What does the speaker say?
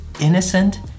innocent